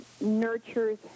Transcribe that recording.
nurtures